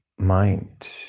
mind